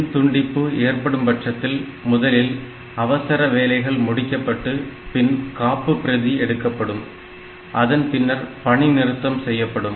மின் துண்டிப்பு ஏற்படும் பட்சத்தில் முதலில் அவசர வேலைகள் முடிக்கப்பட்டு பின்னர் காப்புபிரதி எடுக்கப்படும் அதன் பின்னர் பணி நிறுத்தம் செய்யப்படும்